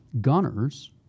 gunners